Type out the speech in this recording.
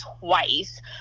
twice